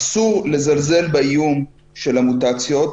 אסור לזלזל באיום של המוטציות,